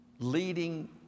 leading